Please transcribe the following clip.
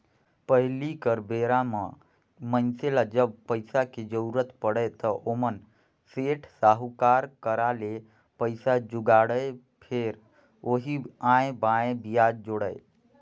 पहिली कर बेरा म मइनसे ल जब पइसा के जरुरत पड़य त ओमन सेठ, साहूकार करा ले पइसा जुगाड़य, फेर ओही आंए बांए बियाज जोड़य